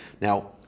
Now